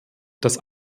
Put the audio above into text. das